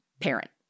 parent